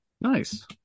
Nice